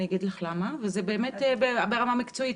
ואגיד לך למה וזה באמת ברמה המקצועית.